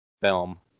film